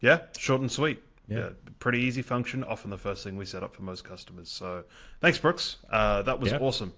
yeah short and sweet yeah pretty easy function often the first thing we set up for most customers so thanks brooks ah that was awesome